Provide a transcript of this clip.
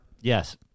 Yes